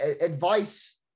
advice